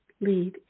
lead